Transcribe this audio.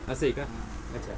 असं आहे का अच्छा